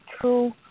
true